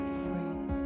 free